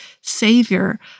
Savior